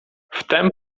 wtem